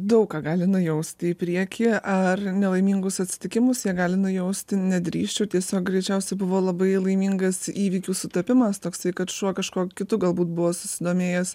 daug ką gali nujausti į priekį ar nelaimingus atsitikimus jie gali nujausti nedrįsčiau tiesiog greičiausiai buvo labai laimingas įvykių sutapimas toksai kad šuo kažkuo kitu galbūt buvo susidomėjęs